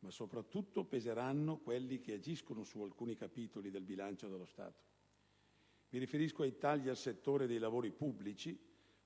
ma soprattutto peseranno quelli che agiscono su alcuni capitoli del bilancio dello Stato: mi riferisco ai tagli al settore dei lavori pubblici,